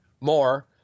more